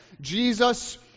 Jesus